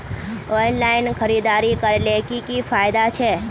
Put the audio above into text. Online खरीदारी करले की की फायदा छे?